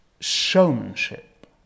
showmanship